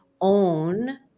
own